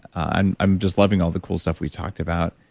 and i'm just loving all the cool stuff we talked about,